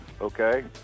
okay